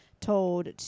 told